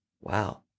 wow